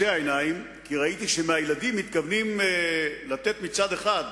אני תוהה אם באמת אתם מתכוונים להעביר את הצעת החוק